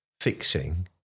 fixing